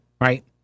right